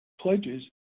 pledges